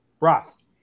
Ross